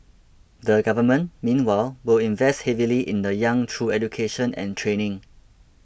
the Government meanwhile will invest heavily in the young through education and training